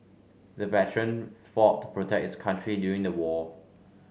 the veteran fought to protect his country during the war